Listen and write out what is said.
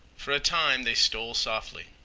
for a time they stole softly,